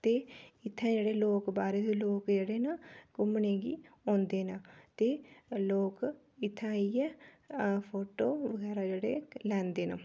ते इत्थै जेह्ड़े लोक बाह्रे दे लोक जेह्ड़े न घूमने गी औंदे न ते लोक इत्थै आइयै फोटो बगैरा जेह्ड़े लेंदे न